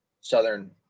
southern